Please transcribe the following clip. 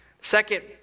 Second